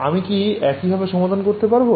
আমি কি একইভাবে সমাধান করতে পারবো